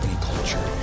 culture